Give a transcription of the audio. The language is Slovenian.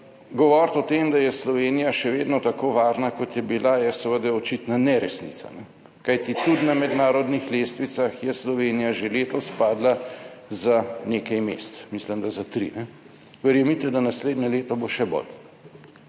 Govoriti o tem, da je Slovenija še vedno tako varna, kot je bila, je seveda očitna neresnica, kajti tudi na mednarodnih lestvicah je Slovenija že letos padla za nekaj mest, mislim, da za tri. Verjemite, da naslednje leto bo še bolj